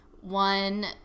one